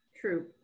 true